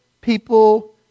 people